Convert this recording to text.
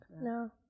No